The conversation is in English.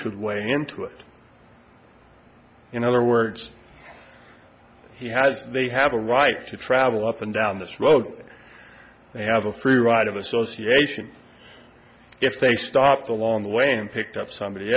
should weigh into it in other words he has they have a right to travel up and down this road that they have a free ride of association if they stopped along the way and picked up somebody